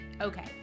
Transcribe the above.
Okay